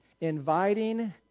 inviting